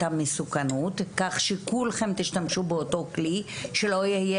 המסוכנות כך שכולכם תשתמשו באותו כלי ולא יהיו